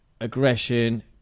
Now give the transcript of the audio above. aggression